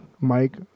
Mike